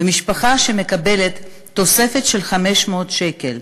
משפחה שמקבלת תוספת של 500 שקל,